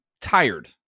tired